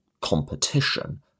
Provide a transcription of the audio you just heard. competition